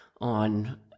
on